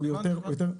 הבנתי, לא שמעתי.